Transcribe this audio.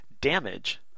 Damage